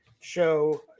Show